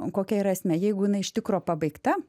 kokia yra esmė jeigu jinai iš tikro pabaigta